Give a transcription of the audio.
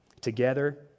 together